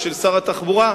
ושל שר התחבורה,